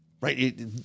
right